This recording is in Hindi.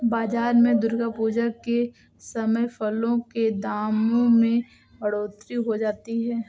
बाजार में दुर्गा पूजा के समय फलों के दामों में बढ़ोतरी हो जाती है